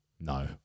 No